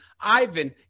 Ivan